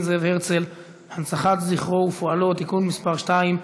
זאב הרצל (הנצחת זכרו ופועלו) (תיקון מס' 2),